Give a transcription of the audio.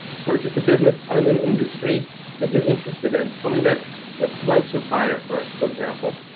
purchase the business on an industry that you're interested in, something that that lights your fire for for example.